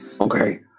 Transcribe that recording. Okay